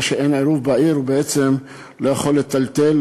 שאין עירוב בעיר הוא לא יכול לטלטל,